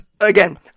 again